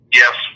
yes